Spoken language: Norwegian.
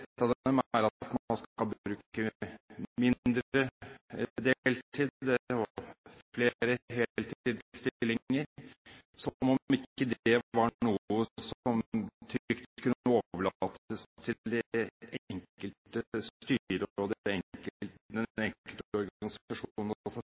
av dem er at man skal bruke mindre deltid og ha flere heltidsstillinger, som om ikke dette var noe som